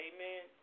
Amen